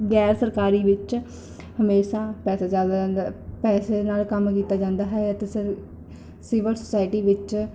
gas ਸਰਕਾਰੀ ਵਿੱਚ ਹਮੇਸ਼ਾ ਪੈਸੇ ਜ਼ਿਆਦਾ ਜਾਂਦਾ ਪੈਸੇ ਨਾਲ ਕੰਮ ਕੀਤਾ ਜਾਂਦਾ ਹੈ ਅਤੇ ਸਿਵਰ ਸੋਸਾਇਟੀ ਵਿੱਚ